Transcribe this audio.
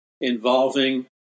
involving